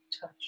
touch